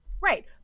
Right